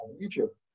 Egypt